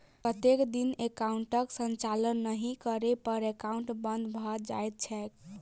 कतेक दिन एकाउंटक संचालन नहि करै पर एकाउन्ट बन्द भऽ जाइत छैक?